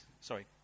Sorry